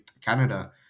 Canada